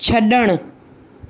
छड॒णु